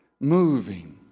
moving